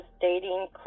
dating